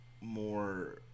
more